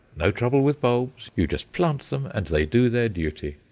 no trouble with bulbs! you just plant them and they do their duty.